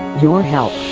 your help